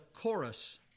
chorus